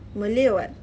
malay or what